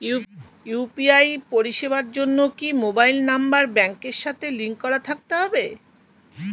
UPI পরিষেবার জন্য কি মোবাইল নাম্বার ব্যাংকের সাথে লিংক করা থাকতে হবে?